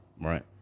Right